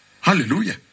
hallelujah